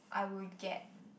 I would get